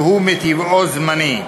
שהוא מטבעו זמני,